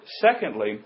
Secondly